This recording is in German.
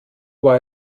war